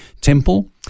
temple